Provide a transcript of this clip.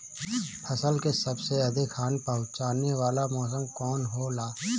फसल के सबसे अधिक हानि पहुंचाने वाला मौसम कौन हो ला?